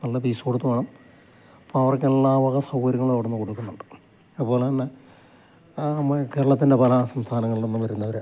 നല്ല ഫീസ് കൊടുത്ത് വേണം അപ്പോള് അവർക്കെല്ലാവക സൗകര്യങ്ങളും അവിടെ നിന്ന് കൊടുക്കുന്നുണ്ട് അതുപോലെത്തന്നെ കേരളത്തിൻ്റെ പല സംസ്ഥാനങ്ങളിൽ നിന്ന് വരുന്നവര്